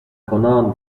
کنان